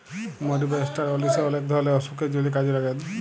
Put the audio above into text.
মরি বা ষ্টার অলিশে অলেক ধরলের অসুখের জন্হে কাজে লাগে